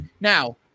Now